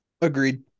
Agreed